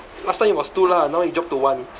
last time it was two lah now it drop to one